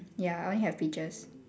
ya I only have peaches